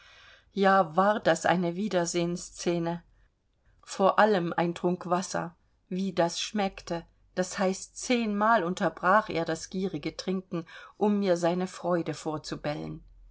ja war das eine wiedersehensscene vor allem ein trunk wasser wie das schmeckte das heißt zehnmal unterbrach er das gierige trinken um mir seine freude vorzubellen